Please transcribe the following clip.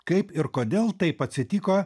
kaip ir kodėl taip atsitiko